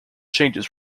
changes